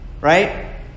Right